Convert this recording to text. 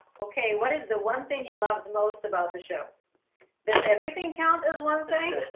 okay, what is the one thing you loved most about the show this everything count is one thing